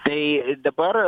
tai dabar